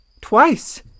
Twice